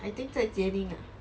I think 在 jian ning ah